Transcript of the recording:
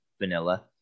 vanilla